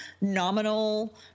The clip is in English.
nominal